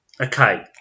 Okay